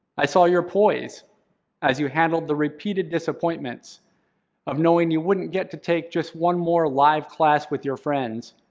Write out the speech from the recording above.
i saw your poise as you handled the repeated disappointments of knowing you wouldn't get to take just one more live class with your friends,